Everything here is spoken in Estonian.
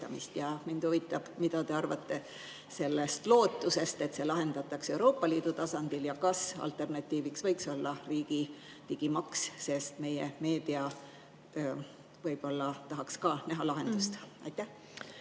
Mind huvitab, mida te arvate sellest lootusest, et see küsimus lahendatakse Euroopa Liidu tasandil, ja kas alternatiiviks võiks olla riigi digimaks, sest meie meedia tahaks ka näha lahendust. Austatud